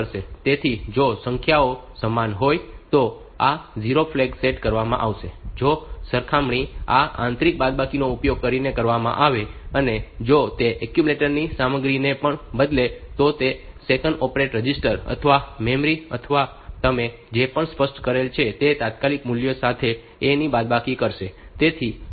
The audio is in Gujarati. તેથી જો સંખ્યાઓ સમાન હોય તો આ 0 ફ્લેગ સેટ કરવામાં આવશે જો સરખામણી આ આંતરિક બાદબાકીનો ઉપયોગ કરીને કરવામાં આવે અને જો તે એક્યુમ્યુલેટરની સામગ્રીને ન બદલે તો તે સેકન્ડ ઓપરેન્ડ રજીસ્ટર અથવા મેમરી અથવા તમે જે પણ સ્પષ્ટ કરેલ છે તે તાત્કાલિક મૂલ્ય સાથે A ની બાદબાકી કરશે